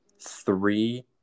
three